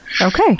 Okay